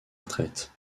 retraite